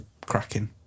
cracking